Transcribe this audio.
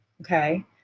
Okay